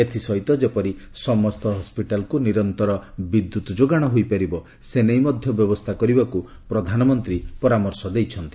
ଏଥିସହିତ ଯେପରି ସମସ୍ତ ହସ୍କିଟାଲକୁ ନିରନ୍ତର ବିଦ୍ୟୁତ୍ ଯୋଗାଣ ହୋଇପାରିବ ସେ ନେଇ ମଧ୍ୟ ବ୍ୟବସ୍ଥା କରିବାକୁ ପ୍ରଧାନମନ୍ତ୍ରୀ ପରାମର୍ଶ ଦେଇଛନ୍ତି